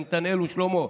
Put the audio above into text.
לנתנאל ושלמה,